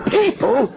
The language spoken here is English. people